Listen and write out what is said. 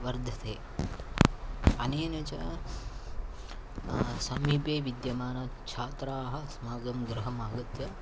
वर्धते अनेन च समीपे विद्यमानछात्राः अस्माकं गृहमागत्य